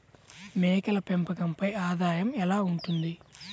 మేకల పెంపకంపై ఆదాయం ఎలా ఉంటుంది?